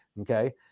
okay